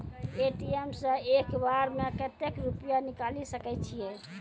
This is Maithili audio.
ए.टी.एम सऽ एक बार म कत्तेक रुपिया निकालि सकै छियै?